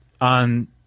on